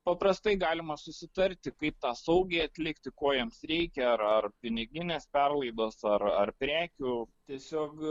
paprastai galima susitarti kaip tą saugiai atlikti ko jiems reikia ar ar piniginės perlaidos ar ar prekių tiesiog